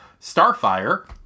Starfire